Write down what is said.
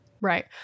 Right